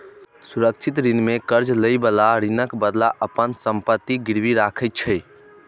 सुरक्षित ऋण मे कर्ज लएबला ऋणक बदला अपन संपत्ति गिरवी राखै छै